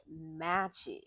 matches